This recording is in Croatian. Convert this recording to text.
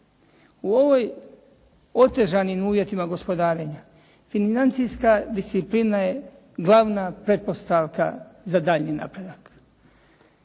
U ovim otežanim uvjetima gospodarenja financijska disciplina je glavna pretpostavka za daljnji napredak